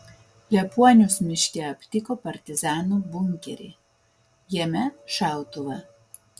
liepuonius miške aptiko partizanų bunkerį jame šautuvą